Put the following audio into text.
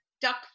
duck